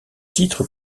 titres